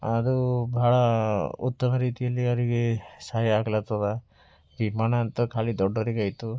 ಅದು ಭಾಳ ಉತ್ತಮ ರೀತಿಯಲ್ಲಿ ಅವರಿಗೆ ಸಹಾಯ ಆಗ್ಲತ್ತದ ವಿಮಾನ ಅಂಥ ಖಾಲಿ ದೊಡ್ಡವರಿಗೆ ಆಯಿತು